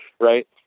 Right